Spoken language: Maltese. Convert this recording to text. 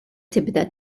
tibda